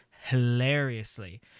hilariously